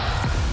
בסדר.